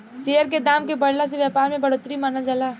share के दाम के बढ़ला से व्यापार में बढ़ोतरी मानल जाला